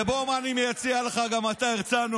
בוא, אני אציע גם לך, הרצנו.